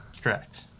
Correct